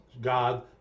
God